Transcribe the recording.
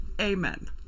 amen